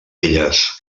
elles